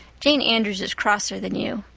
jane andrews is crosser than you.